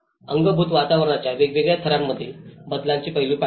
अंगभूत वातावरणाच्या वेगवेगळ्या थरांमधील बदलाचे पैलू पाहिले